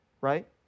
right